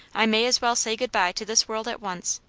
i may as well say good-bye to this world at once.